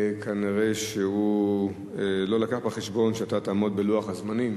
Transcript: כנראה הוא לא הביא בחשבון שאתה תעמוד בלוח הזמנים